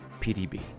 PDB